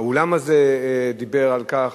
האולם הזה דיבר על כך,